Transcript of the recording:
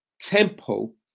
temple